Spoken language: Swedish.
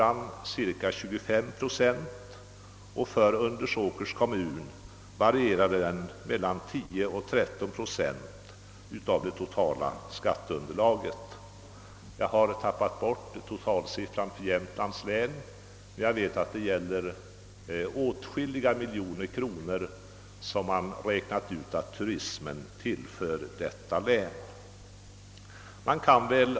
I Åre kommun var motsvarande siffra 25 procent och i Undersåker låg den mellan 10 och 13 procent. Jag har tappat bort totalsiffran för Jämtlands län, men man räknade ut att turismen där tillför länet åtskilliga miljoner kronor.